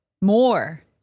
More